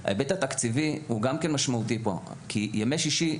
מבחינת ההיבט התקציבי שהוא גם משמעותי פה ימי שישי,